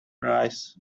prize